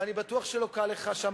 ואני בטוח שלא קל לך שם,